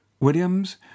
Williams